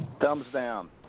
Thumbs-down